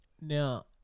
Now